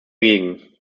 dagegen